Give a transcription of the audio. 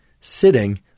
sitting